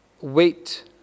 Wait